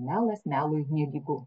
melas melui nelygu